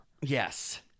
yes